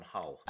Hull